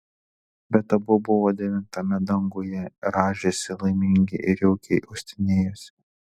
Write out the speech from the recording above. bet abu buvo devintame danguje rąžėsi laimingi ir jaukiai uostinėjosi